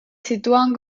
sitúan